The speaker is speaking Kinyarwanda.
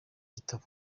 gitabo